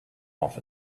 off